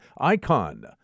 Icon